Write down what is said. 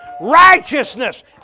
righteousness